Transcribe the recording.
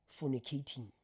Fornicating